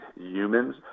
humans